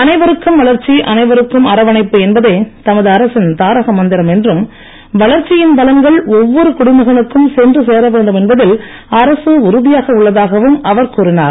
அனைவருக்கும் வளர்ச்சி அனைவருக்கும் அரவணைப்பு என்பதே தமது அரசின் தாரக மந்திரம் என்றும் வளர்ச்சியின் பலன்கள் ஒவ்வொரு குடிமகனுக்கும் சென்று சேரவேண்டும் என்பதில் அரசு உறுதியாக உள்ளதாகவும் அவர் கூறினார்